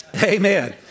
amen